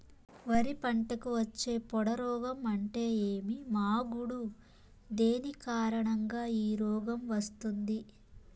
వరి పంటకు వచ్చే పొడ రోగం అంటే ఏమి? మాగుడు దేని కారణంగా ఈ రోగం వస్తుంది?